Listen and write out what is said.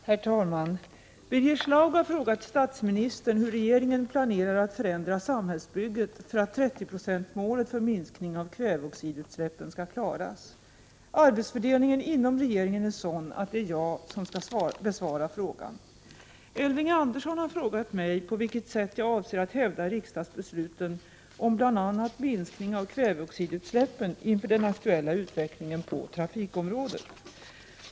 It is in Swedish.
Herr talman! Birger Schlaug har frågat statsministern hur regeringen planerar att förändra samhällsbygget för att 30-procentsmålet för minskning av kväveoxidutsläppen skall klaras. Arbetsfördelningen inom regeringen är sådan att det är jag som skall besvara frågan. Elving Andersson har frågat mig på vilket sätt jag avser att hävda riksdagsbesluten om bl.a. minskning av kväveoxidutsläppen inför den aktuella utvecklingen på trafikområdet.